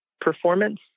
performance